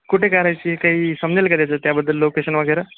कुठे करायची काही समजेल का त्याचं त्याबद्दल लोकेशन वगैरे